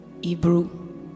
Hebrew